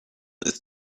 ist